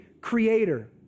creator